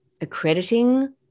accrediting